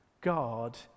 God